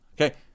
okay